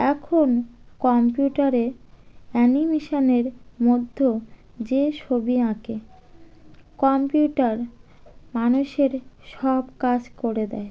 এখন কম্পিউটারে অ্যানিমেশানের মধ্য যে ছবি আঁকে কম্পিউটার মানুষের সব কাজ করে দেয়